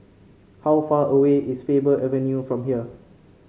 how far away is Faber Avenue from here